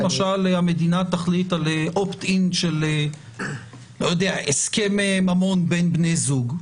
למשל המדינה תחליט על opt-in של הסכם ממון בין בני זוג,